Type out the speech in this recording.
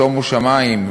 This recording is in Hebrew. שומו שמים,